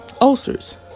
ulcers